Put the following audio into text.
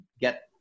get